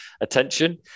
attention